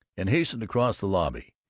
and hastened across the lobby.